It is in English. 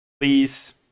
Please